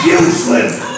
useless